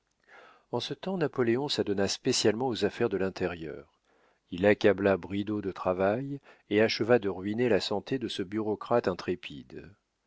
en ce temps napoléon s'adonna spécialement aux affaires de l'intérieur il accabla bridau de travail et acheva de ruiner la santé de ce bureaucrate intrépide